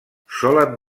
solen